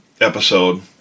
episode